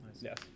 Yes